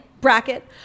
bracket